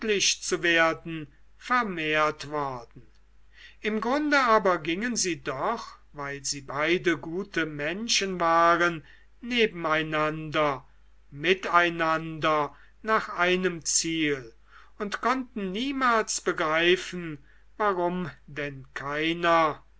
zu werden vermehrt worden im grunde aber gingen sie doch weil sie beide gute menschen waren nebeneinander miteinander nach einem ziel und konnten niemals begreifen warum denn keiner